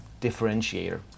differentiator